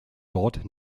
dort